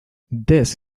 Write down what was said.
this